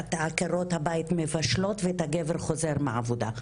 עקרות הבית מבשלות ואת הגבר חוזר מהעבודה.